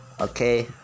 okay